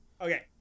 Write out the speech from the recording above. Okay